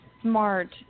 smart